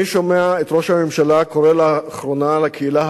אני שומע את ראש הממשלה קורא לאחרונה לקהילה